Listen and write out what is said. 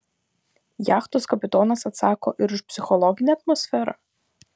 jachtos kapitonas atsako ir už psichologinę atmosferą